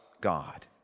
God